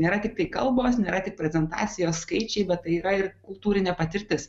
nėra tiktai kalbos nėra tik prezentacijos skaičiai bet tai yra ir kultūrinė patirtis